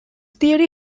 theory